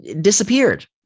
disappeared